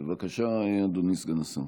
בבקשה, אדוני סגן השר.